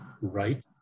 right